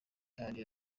hari